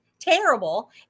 terrible